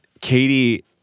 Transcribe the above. Katie